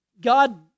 God